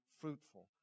fruitful